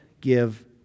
give